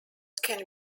can